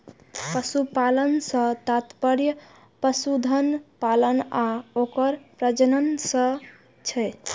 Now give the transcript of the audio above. पशुपालन सं तात्पर्य पशुधन पालन आ ओकर प्रजनन सं छै